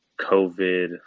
COVID